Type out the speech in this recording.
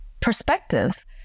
perspective